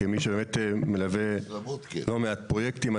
כמי שבאמת מלווה לא מעט פרויקטים.